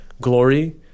glory